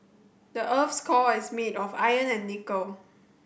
the earth's core is made of iron and nickel